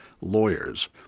lawyers